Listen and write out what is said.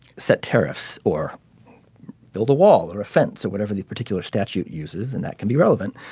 set tariffs or build a wall or a fence or whatever the particular statute uses and that can be relevant.